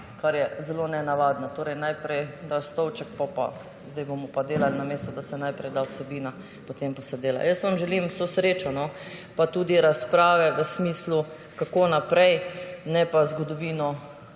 kar je zelo nenavadno. Torej najprej daš stolček, zdaj bomo pa delali, namesto da bi se najprej dala vsebina, potem pa se dela. Jaz vam želim vso srečo pa tudi razprave v smislu, kako naprej, ne pa o zgodovini